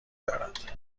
دارد